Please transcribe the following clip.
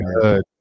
good